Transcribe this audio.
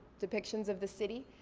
depictions of the city.